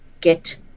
get